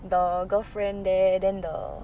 the girlfriend there then the